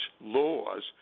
laws